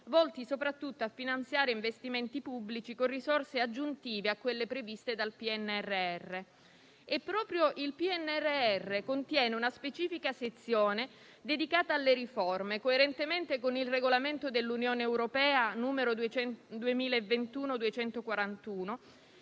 volti soprattutto a finanziare investimenti pubblici con risorse aggiuntive a quelle previste dal Piano nazionale di ripresa e resilienza. Proprio il PNRR contiene una specifica sezione dedicata alle riforme, coerentemente con il regolamento dell'Unione europea n. 2021/241,